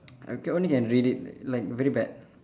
I can only read it like very bad